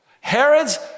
Herod's